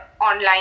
online